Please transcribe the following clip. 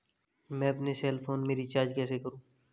मैं अपने cell phone में रिचार्ज कैसे करूँ?